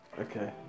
Okay